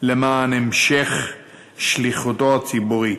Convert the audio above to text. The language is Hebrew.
למען המשך שליחותו הציבורית.